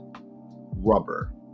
rubber